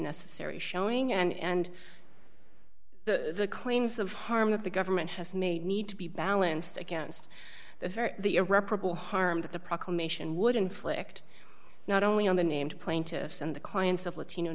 necessary showing and the claims of harm that the government has made need to be balanced against the very the irreparable harm that the proclamation would inflict not only on the named plaintiffs and the clients of latino